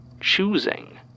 choosing